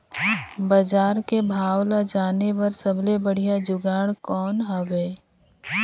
बजार के भाव ला जाने बार सबले बढ़िया जुगाड़ कौन हवय?